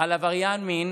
על עבריין מין